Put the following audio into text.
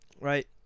right